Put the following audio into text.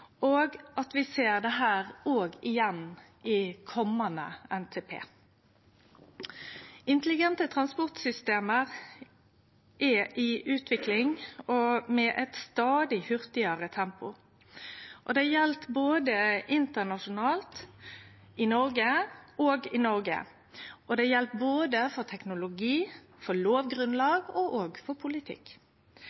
at vi òg ser dette igjen i komande NTP. Intelligente transportsystem er i utvikling, og med eit stadig hurtigare tempo. Det gjeld både internasjonalt og i Noreg, og det gjeld både for teknologi, for